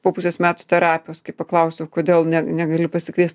po pusės metų terapijos kai paklausiau kodėl ne negali pasikviest